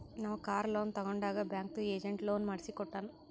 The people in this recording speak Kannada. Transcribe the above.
ನಾವ್ ಕಾರ್ ಲೋನ್ ತಗೊಂಡಾಗ್ ಬ್ಯಾಂಕ್ದು ಏಜೆಂಟ್ ಲೋನ್ ಮಾಡ್ಸಿ ಕೊಟ್ಟಾನ್